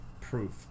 proof